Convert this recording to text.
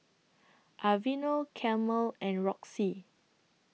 Aveeno Camel and Roxy